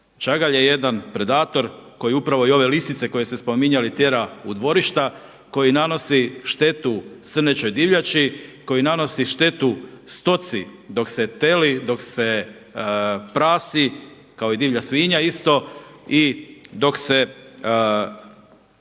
Čagalj je jedan predator koji upravo i ove lisice koje ste spominjali tjera u dvorišta, koji nanosi štetu srnećoj divljači, koji nanosi štetu stoci dok se teli, dok se prasi kao i divlja svinja isto. I dok se